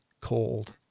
called